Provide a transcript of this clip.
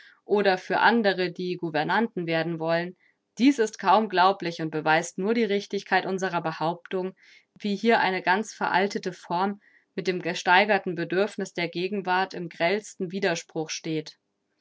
oder für andere die gouvernanten werden wollen dies ist kaum glaublich und beweist nur die richtigkeit unserer behauptung wie hier eine ganz veraltete form mit dem gesteigerten bedürfniß der gegenwart im grellsten widerspruch steht